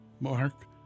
Mark